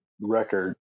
record